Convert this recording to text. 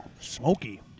Smoky